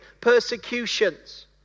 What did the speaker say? persecutions